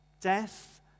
Death